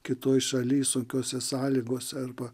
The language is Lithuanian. kitoj šaly sunkiose sąlygose arba